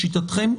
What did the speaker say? לשיטתכם,